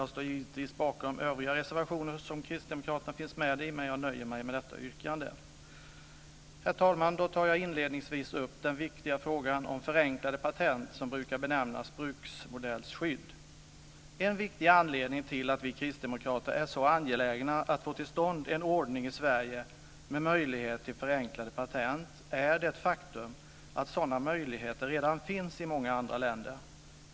Jag står givetvis bakom också övriga reservationer där kristdemokraterna finns med, men jag nöjer mig med detta yrkande. Herr talman! Jag tar inledningsvis upp den viktiga frågan om förenklade patent, vilka brukar benämnas bruksmodellskydd. En viktig anledning till att vi kristdemokrater är så angelägna om att få till stånd en ordning i Sverige med möjlighet till förenklade patent är det faktum att sådana möjligheter redan finns i många andra länder.